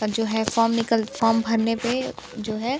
जो है फॉम निकल फॉम भरने पर जो है